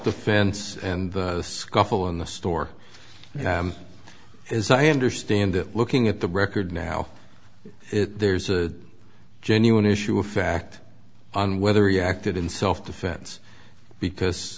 defense and scuffle in the store as i understand it looking at the record now there's a genuine issue of fact on whether he acted in self defense because